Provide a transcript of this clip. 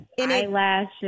eyelashes